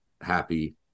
happy